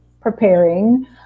preparing